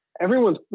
everyone's